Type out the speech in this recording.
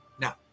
now